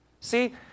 See